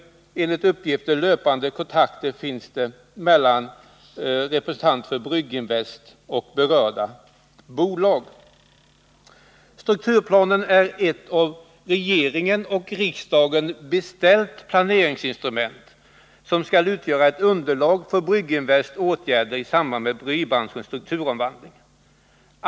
Enligt uppgift finns det kontakter mellan representanter för Brygginvest och berörda bolag. Strukturplanen är ett av regering och riksdag beställt planeringsinstrument, som skall utgöra ett underlag för Brygginvests åtgärder i samband med bryggeribranschens strukturomvandling.